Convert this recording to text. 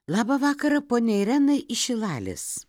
labą vakarą poniai irenai iš šilalės